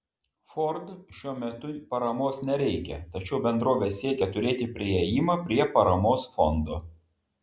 ford šiuo metu paramos nereikia tačiau bendrovė siekia turėti priėjimą prie paramos fondo